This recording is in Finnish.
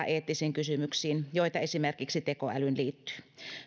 eettisiin kysymyksiin joita esimerkiksi tekoälyyn liittyy